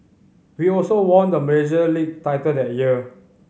we also won the Malaysia League title that year